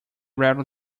rarely